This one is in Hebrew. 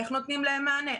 איך נותנים להם מענים.